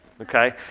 okay